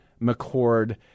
McCord